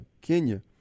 Kenya